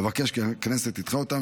אבקש כי הכנסת תדחה אותן,